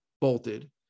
bolted